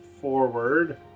forward